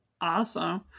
Awesome